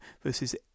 versus